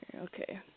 okay